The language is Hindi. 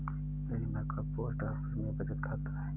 मेरी मां का पोस्ट ऑफिस में बचत खाता है